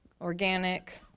organic